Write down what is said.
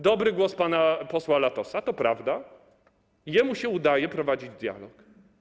Dobry głos pana posła Latosa, to prawda, jemu się udaje prowadzić dialog.